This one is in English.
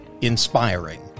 Inspiring